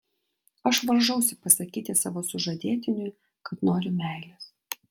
aš varžausi pasakyti savo sužadėtiniui kai noriu meilės